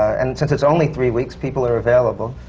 and since it's only three weeks, people are available.